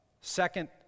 Second